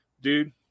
dude